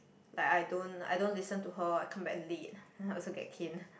like I don't I don't listen to her I come back late then also get caned